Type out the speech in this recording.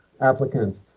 applicants